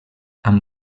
amb